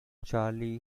charlie